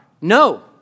no